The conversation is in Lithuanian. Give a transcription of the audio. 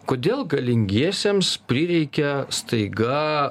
kodėl galingiesiems prireikia staiga